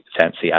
fancy